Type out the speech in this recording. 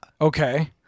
Okay